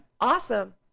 Awesome